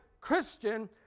Christian